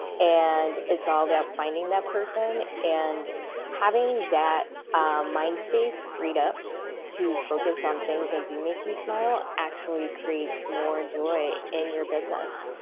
and it's all about finding that person and having that mindspace freed up to focus on things that do make you smile actually creates more joy in your business.